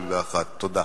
תודה.